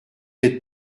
être